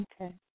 Okay